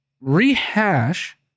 rehash